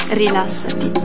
rilassati